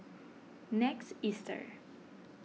next Easter